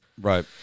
Right